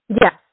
Yes